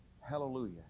Hallelujah